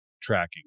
tracking